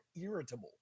irritable